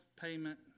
payment